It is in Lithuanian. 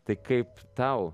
tai kaip tau